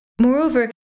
Moreover